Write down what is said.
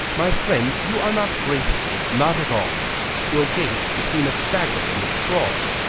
my friend, you are not graceful not at all your gait's between a stagger and a sprawl.